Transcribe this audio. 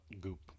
Goop